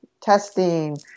testing